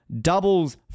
Doubles